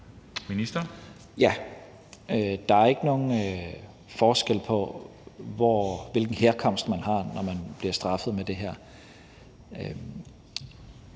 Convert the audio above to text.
Tesfaye): Ja. Der er ikke nogen forskel på, hvilken herkomst man har, når man bliver straffet med det her.